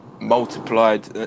multiplied